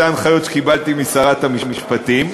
אלה ההנחיות שקיבלתי משרת המשפטים.